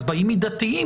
אז באים מידתיים.